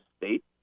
State